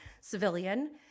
civilian